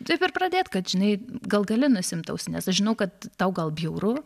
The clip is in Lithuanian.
taip ir pradėt kad žinai gal gali nusiimti ausines aš žinau kad tau gal bjauru